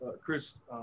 Chris